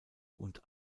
und